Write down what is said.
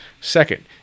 Second